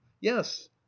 yes